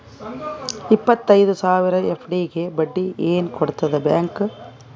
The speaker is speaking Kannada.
ಇಪ್ಪತ್ತೈದು ಸಾವಿರ ಎಫ್.ಡಿ ಗೆ ಬಡ್ಡಿ ಏನ ಕೊಡತದ ಬ್ಯಾಂಕ್?